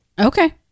Okay